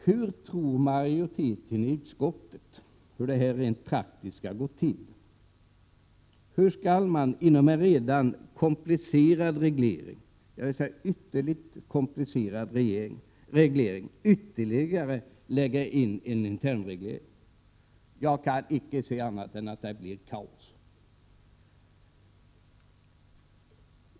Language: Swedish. Hur tror majoriteten i utskottet att detta rent praktiskt skall gå till? Hur skall man inom en redan ytterligt komplicerad reglering kunna lägga in ännu en intern reglering? Jag kan icke se annat än att det då blir kaos.